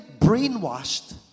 brainwashed